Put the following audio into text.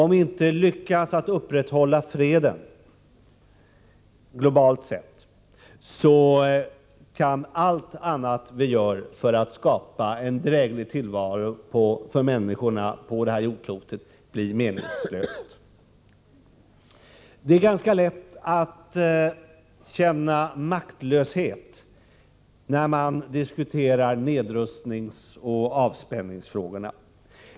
Om vi inte lyckas upprätthålla freden globalt sett, så kan allt annat vi gör för att skapa en dräglig tillvaro för människorna på det här jordklotet bli meningslöst. Det är ganska lätt att känna maktlöshet när man diskuterar nedrustningsoch avspänningsfrågorna.